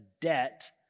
debt